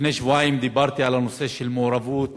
לפני שבועיים דיברתי על הנושא של מעורבות